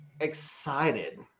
excited